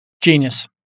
Genius